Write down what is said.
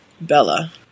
Bella